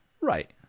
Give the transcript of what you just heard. Right